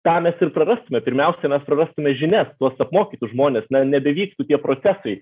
tą mes ir prarastume pirmiausia mes prarastume žinias tuos apmokytus žmones nebevyktų tie procesai